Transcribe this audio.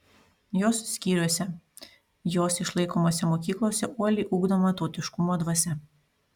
jos skyriuose jos išlaikomose mokyklose uoliai ugdoma tautiškumo dvasia